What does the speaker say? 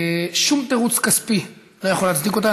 שום תירוץ כספי לא יכול להצדיק אותה.